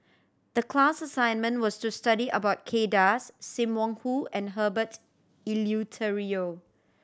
the class assignment was to study about Kay Das Sim Wong Hoo and Herbert Eleuterio